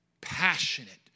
passionate